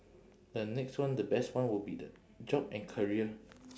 the next one the best one would be the job and career